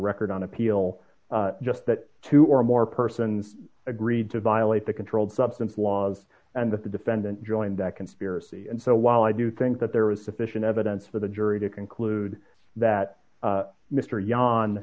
record on appeal just that two or more persons agreed to violate the controlled substance laws and that the defendant joined that conspiracy and so while i do think that there is sufficient evidence for the jury to conclude that mr aya